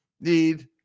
need